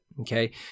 Okay